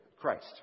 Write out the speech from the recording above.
Christ